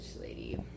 lady